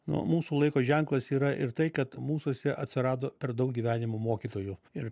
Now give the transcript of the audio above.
nu mūsų laiko ženklas yra ir tai kad mūsuose atsirado per daug gyvenimo mokytojų ir